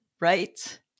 right